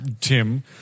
Tim